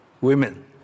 women